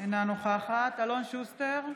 אינה נוכחת אלון שוסטר,